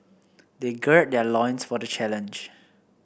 they gird their loins for the challenge